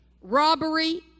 robbery